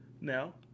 Now